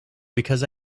because